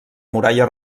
muralla